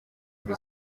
mbi